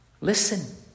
Listen